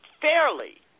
fairly